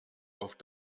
auf